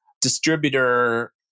distributor